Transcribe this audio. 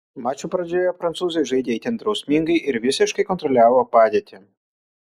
mačo pradžioje prancūzai žaidė itin drausmingai ir visiškai kontroliavo padėtį